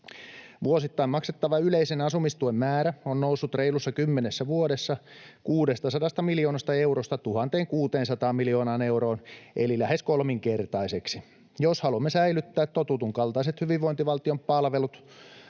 Vuosittain maksettava yleisen asumistuen määrä on noussut reilussa kymmenessä vuodessa 600 miljoonasta eurosta 1 600 miljoonaan euroon eli lähes kolminkertaiseksi. Jos haluamme säilyttää totutun kaltaiset hyvinvointivaltion palvelut,